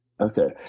Okay